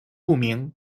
不明